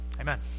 Amen